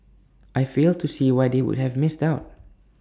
I fail to see why they would have missed out